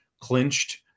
clinched